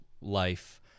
life